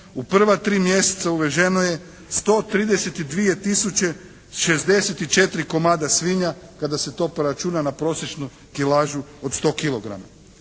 u prva tri mjeseca uvezeno je 132 tisuće 64 komada svinja kada se to preračuna na prosječnu kilažu od 100